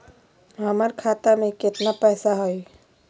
हमर खाता मे केतना पैसा हई?